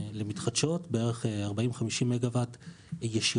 למתחדשות, בערך 40 50 מגה וואט ישירות.